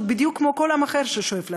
בדיוק כמו כל עם אחר ששואף לעצמאות.